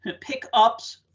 Pickups